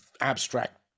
abstract